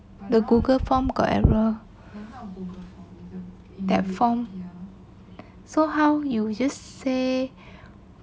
the google form got error that form so how you just say